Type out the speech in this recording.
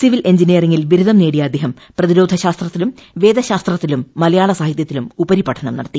civil എഞ്ചിനീയറിംഗിൽ ബിരുദം നേടിയ അദ്ദേഹം പ്രതിരോധ ശാസ്ത്രത്തിലും വേദശാസ്ത്രത്തിലും മലയാള സാഹിതൃത്തിലും ഉപരിപഠനം നടത്തി